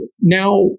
now